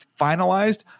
finalized